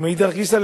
ומאידך גיסא,